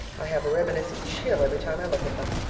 i have a reminiscent chill every time i look at them.